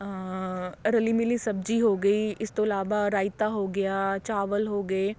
ਰਲੀ ਮਿਲੀ ਸਬਜ਼ੀ ਹੋ ਗਈ ਇਸ ਤੋਂ ਇਲਾਵਾ ਰਾਈਤਾ ਹੋ ਗਿਆ ਚਾਵਲ ਹੋ ਗਏ